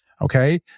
Okay